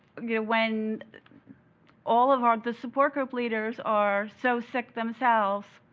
you know when all of our the support group leaders are so sick themselves,